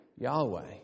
Yahweh